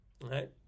Right